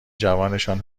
جوانشان